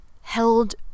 held